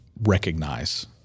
recognize